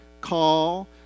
call